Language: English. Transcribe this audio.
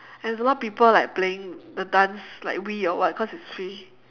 and a lot of people like playing the dance like Wii or what cause it's free